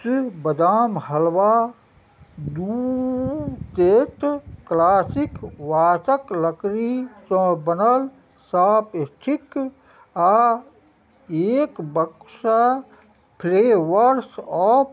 trip बदाम हलवा दू केत क्लासिक वासक लकड़ीसँ बनल सॉप स्टिक आओर एक बक्सा फ्लेवर्स ऑफ